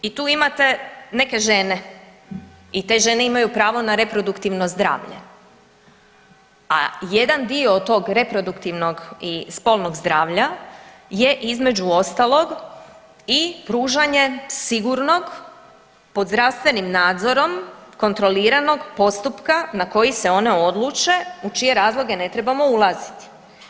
I tu imate neke žene i te žene imaju pravo na reproduktivno zdravlje, a jedan dio tog reproduktivnog i spolnog zdravlja je između ostalog i pružanje sigurnog, pod zdravstvenim nadzorom kontroliranog postupka na koji se one odluče u čije razloge ne trebamo ulaziti.